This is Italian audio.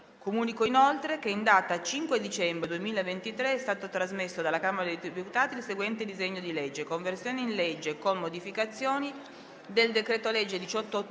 Comunico che in data 5 dicembre 2023 è stato trasmesso dalla Camera dei deputati il seguente disegno di legge: «Conversione in legge, con modificazioni, del decreto-legge 18